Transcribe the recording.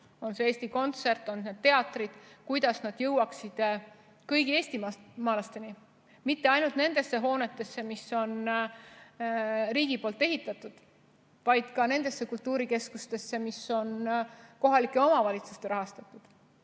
on see Eesti Kontsert, on need teatrid, jõuaksid kõigi eestimaalasteni, mitte ainult nendesse hoonetesse, mis on riigi ehitatud, vaid ka nendesse kultuurikeskustesse, mis on kohalike omavalitsuste rahastatud.